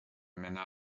männer